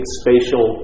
spatial